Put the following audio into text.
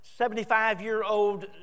75-year-old